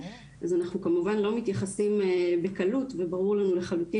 אז אנחנו כמובן לא מתייחסים בקלות וברור לנו לחלוטין